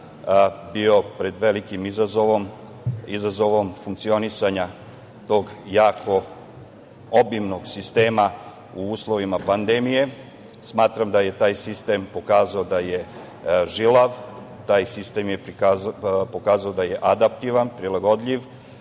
bio pred velikim izazovom, izazovom funkcionisanja tog jako obimnog sistema u uslovima pandemije. Smatram da je taj sistem pokazao da je žilav. Taj sistem je pokazao da je adaptivan, prilagodljiv